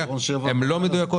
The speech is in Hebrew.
או בשכבות החלשות הן לא מדויקות.